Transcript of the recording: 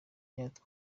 n’undi